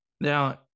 Now